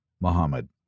Muhammad